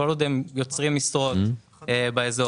כל עוד הם יוצרים משרות באזור,